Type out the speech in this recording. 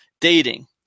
Dating